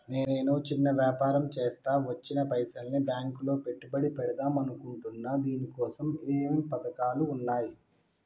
నేను చిన్న వ్యాపారం చేస్తా వచ్చిన పైసల్ని బ్యాంకులో పెట్టుబడి పెడదాం అనుకుంటున్నా దీనికోసం ఏమేం పథకాలు ఉన్నాయ్?